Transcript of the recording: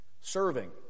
serving